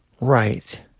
Right